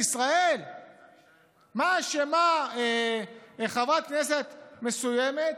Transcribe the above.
מה אשמה חברת כנסת מסוימת